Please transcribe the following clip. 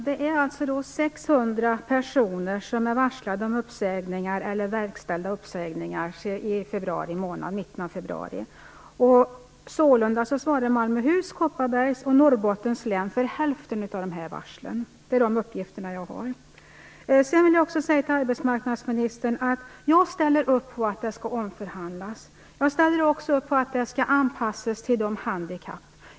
Herr talman! 600 personer är alltså varslade om uppsägning eller har verkställda uppsägningar i mitten av februari månad. Malmöhus, Kopparbergs och Norrbottens län svarar för hälften av dessa varsel enligt de uppgifter jag har. Jag vill också säga till arbetsmarknadsministern att jag ställer upp på att det skall omförhandlas. Jag ställer också upp på anpassningen till de handikappade.